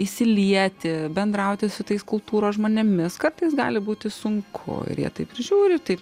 įsilieti bendrauti su tais kultūros žmonėmis kartais gali būti sunku ir jie taip sužiūri tai